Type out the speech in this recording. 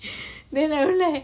then I'm like